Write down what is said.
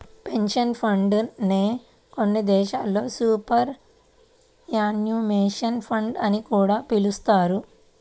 pension fund నే కొన్ని దేశాల్లో సూపర్ యాన్యుయేషన్ ఫండ్ అని కూడా పిలుస్తారు